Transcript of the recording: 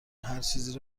هرچیزی